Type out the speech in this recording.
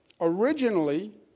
originally